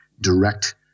direct